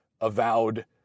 avowed